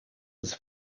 was